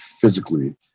physically